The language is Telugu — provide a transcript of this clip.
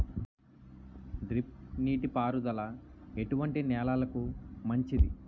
డ్రిప్ నీటి పారుదల ఎటువంటి నెలలకు మంచిది?